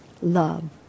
love